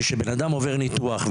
כשבן-אדם עובר ניתוח,